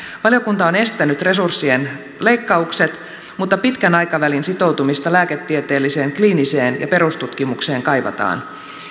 valiokunta on estänyt resurssien leikkaukset mutta pitkän aikavälin sitoutumista lääketieteelliseen kliiniseen ja perustutkimukseen kaivataan